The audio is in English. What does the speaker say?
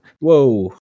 whoa